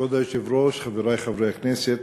כבוד היושב-ראש, חברי חברי הכנסת,